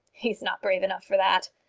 he is not brave enough for that.